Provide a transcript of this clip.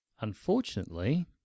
Unfortunately